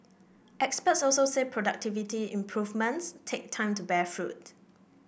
experts also say productivity improvements take time to bear fruit